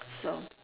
so